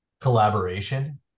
collaboration